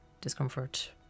discomfort